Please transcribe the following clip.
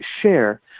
share